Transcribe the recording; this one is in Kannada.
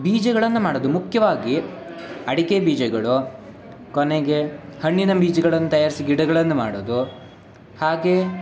ಬೀಜಗಳನ್ನು ಮಾಡೋದು ಮುಖ್ಯವಾಗಿ ಅಡಿಕೆ ಬೀಜಗಳು ಕೊನೆಗೆ ಹಣ್ಣಿನ ಬೀಜಗಳನ್ನು ತಯಾರಿಸಿ ಗಿಡಗಳನ್ನು ಮಾಡೋದು ಹಾಗೇ